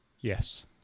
Yes